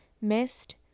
missed